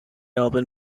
album